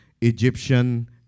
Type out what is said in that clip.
Egyptian